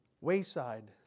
wayside